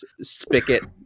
spigot